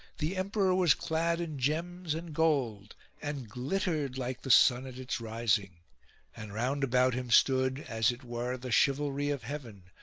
the emperor was clad in gems and gold and glittered like the sun at its rising and round about him stood, as it were the chivalry of heaven,